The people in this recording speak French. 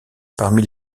parmi